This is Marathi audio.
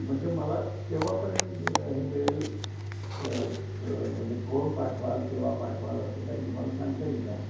म्हणजे मला केव्हापर्यंत हे मिळेल क म्हणजे कोण पाठवाल केव्हा पाठवाल असं काही तुम्हाला सांगता येईल का